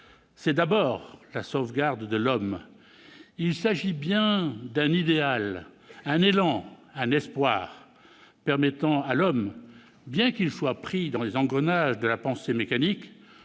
c'est d'abord la sauvegarde de l'homme. Il s'agit bien d'« un idéal, un élan, un espoir » permettant à l'homme, « bien qu'il soit pris dans les engrenages de la pensée mécanique